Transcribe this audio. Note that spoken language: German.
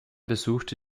besuchte